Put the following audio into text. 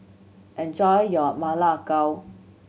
enjoy your Ma Lai Gao